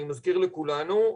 אני מזכיר לכולנו,